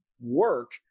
work